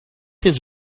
his